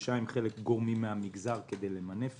נפגשה עם גורמים מהמגזר כדי למנף